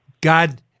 God